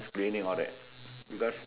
cleaning all that because